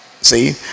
See